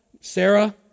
Sarah